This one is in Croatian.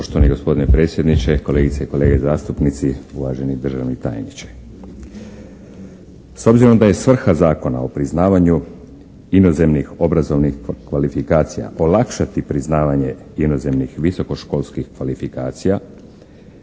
Poštovani gospodine predsjedniče, kolegice i kolege zastupnici, uvaženi državni tajniče. S obzirom da je svrha Zakona o priznavanju inozemnih obrazovnih kvalifikacija olakšati priznavanje inozemnih visokoškolskih kvalifikacija